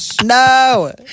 No